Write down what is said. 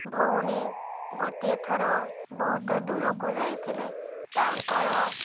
ଭଉଣୀ ଗୋଟିଏ ଥର ବହୁତ ଦୂରକୁ ଯାଇଥିଲେ ତାଙ୍କର